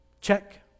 Check